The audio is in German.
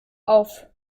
auf